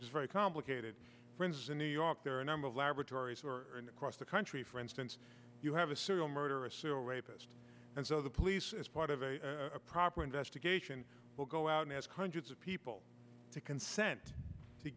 is very complicated friends in new york there are a number of laboratories across the country for instance you have a serial murderer a serial rapist and so the police as part of a proper investigation will go out and ask hundreds of people to consent to